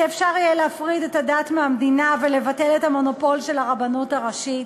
שיהיה אפשר להפריד את הדת מהמדינה ולבטל את המונופול של הרבנות הראשית,